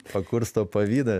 pakursto pavydą